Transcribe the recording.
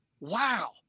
wow